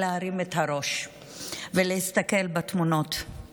להרים את הראש ולהסתכל בתמונות.